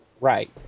Right